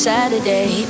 Saturday